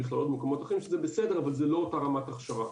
במכללות במקומות אחרים שזה בסדר אבל לא אותה רמת הכשרה.